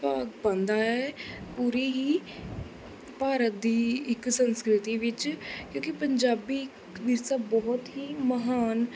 ਭਾਗ ਪਾਉਂਦਾ ਹੈ ਪੂਰੀ ਹੀ ਭਾਰਤ ਦੀ ਇੱਕ ਸੰਸਕ੍ਰਿਤੀ ਵਿੱਚ ਕਿਉਂਕਿ ਪੰਜਾਬੀ ਇੱਕ ਵਿਰਸਾ ਬਹੁਤ ਹੀ ਮਹਾਨ